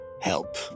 help